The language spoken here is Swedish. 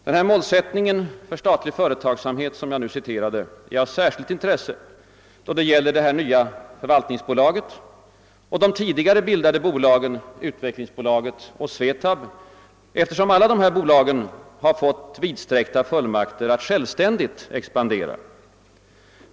Denna målsättning för statlig företagsamhet som jag citerat är av särskilt intresse då det gäller det nya förvaltningsbolaget och de tidigare bildade bolagen, utvecklingsbolaget och SVE TAB, eftersom alla dessa bolag har fåti vidsträckta fullmakter att självständigt expandera.